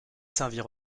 servir